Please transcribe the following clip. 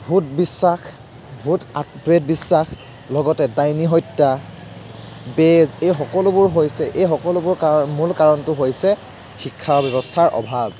ভূত বিশ্বাস ভূত প্ৰেত বিশ্বাস লগতে ডাইনী হত্যা বেজ এই সকলোবোৰ হৈছে এই সকলোবোৰ কাৰণ মূল কাৰণটো হৈছে শিক্ষা ব্যৱস্থাৰ অভাৱ